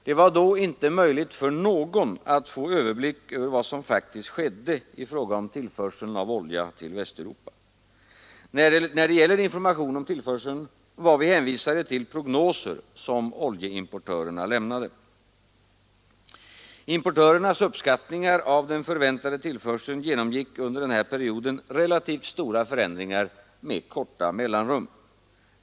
Det var då ej möjligt för någon att få överblick över vad som faktiskt skedde i fråga om tillförseln av olja till Västeuropa. När det gäller information om tillförseln var vi hänvisade till prognoser som oljeimportörerna lämnade. Importörernas uppskattningar av den förväntade tillförseln genomgick under den här perioden relativt stora förändringar med korta mellanrum.